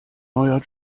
neuer